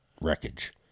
wreckage